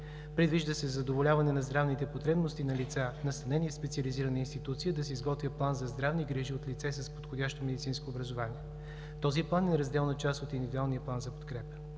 Предвижда се задоволяване на здравните потребности на лица, настанени в специализирани институции, да се изготвя план за здравни грижи от лице с подходящо медицинско образование. Този план е неразделна част от индивидуалния план за подкрепа.